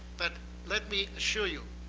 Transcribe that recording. but let me assure you,